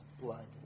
blood